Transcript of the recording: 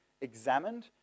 examined